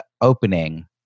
opening